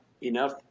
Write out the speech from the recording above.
enough